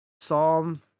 psalm